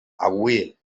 avui